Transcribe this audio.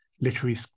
literary